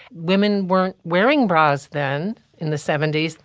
women weren't wearing bras. then in the seventy s,